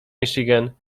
michigan